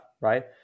right